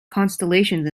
constellations